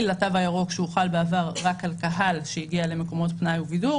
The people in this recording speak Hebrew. לתו הירוק שהוחל בעבר רק על קהל שהגיע למקומות פנאי ובידור